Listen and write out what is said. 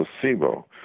placebo